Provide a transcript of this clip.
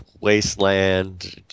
wasteland